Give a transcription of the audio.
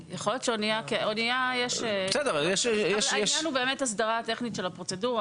אבל העניין הוא הסדרה טכנית של הפרוצדורה,